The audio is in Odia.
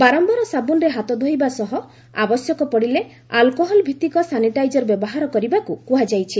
ବାରମ୍ଭାର ସାବୁନ୍ରେ ହାତ ଧୋଇବା ସହ ଆବଶ୍ୟକ ପଡ଼ିଲେ ଆଲ୍କୋହଲ୍ଭିତ୍ତିକ ସାନିଟାଇଜର ବ୍ୟବହାର କରିବାକୁ କୁହାଯାଇଛି